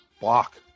block